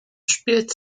spielt